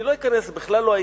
אני לא אכנס, זה בכלל לא העניין.